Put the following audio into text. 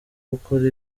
gukora